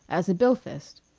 as a bilphist.